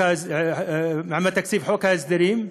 עם התקציב, חוק ההסדרים,